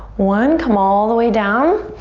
one. come all the way down.